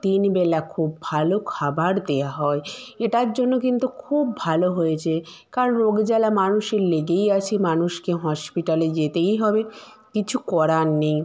তিনবেলা খুব ভালো খাবার দেওয়া হয় এটার জন্য কিন্তু খুব ভালো হয়েছে কারণ রোগ জ্বালা মানুষের লেগেই আছে মানুষকে হসপিটালে যেতেই হবে কিচ্ছু করার নেই